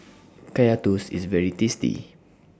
Kaya Toast IS very tasty